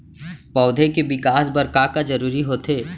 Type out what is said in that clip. पौधे के विकास बर का का जरूरी होथे?